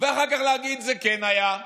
ואחר כך להגיד: זה כן היה,